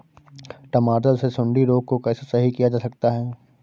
टमाटर से सुंडी रोग को कैसे सही किया जा सकता है?